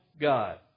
God